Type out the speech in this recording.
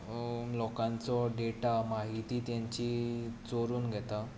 लोकांचो डॅटा म्हायती तांची चोरून घेता